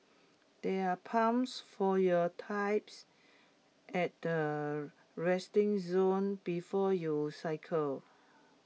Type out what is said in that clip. there are pumps for your types at the resting zone before you cycle